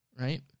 right